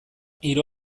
hiru